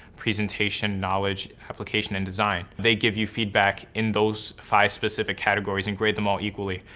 presentation, knowledge, application, and design. they give you feedback in those five specific categories and grade them all equally.